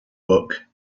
book